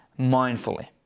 mindfully